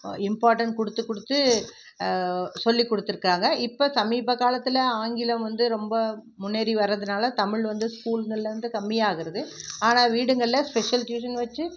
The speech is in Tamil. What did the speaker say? இம்பார்ட்டண்ட் கொடுத்து கொடுத்து சொல்லி கொடுத்துருக்காங்க இப்போ சமீப காலத்தில் ஆங்கிலம் வந்து ரொம்ப முன்னேறி வரதுனால் தமிழ் வந்து ஸ்கூல்கள்லேருந்து கம்மியாகிறது ஆனால் வீடுங்களில் ஸ்பெஷல் டுயூசன் வச்சு